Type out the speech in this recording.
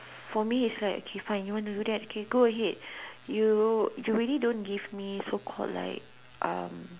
for me is like okay fine you want to do that okay go ahead you you really don't give me so called like um